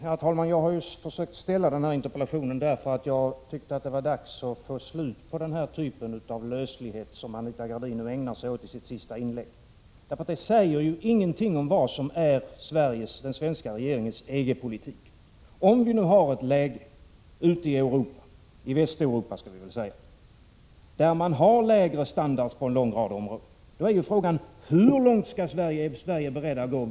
Herr talman! Jag har framställt den här interpellationen därför att jag tycker att det är dags att få ett slut på den typ av löslighet som Anita Gradin ägnade sig åt i sitt senaste inlägg. Det säger ingenting om vad som är den svenska regeringens EG-politik. Om läget ute i Västeuropa är det att man på en lång rad områden har lägre standard än vad vi har här i Sverige, då frågar man sig: Hur långt är Sverige berett att gå?